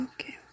Okay